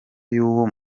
y’uwo